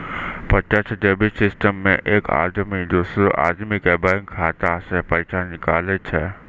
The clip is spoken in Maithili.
प्रत्यक्ष डेबिट सिस्टम मे एक आदमी दोसरो आदमी के बैंक खाता से पैसा निकाले छै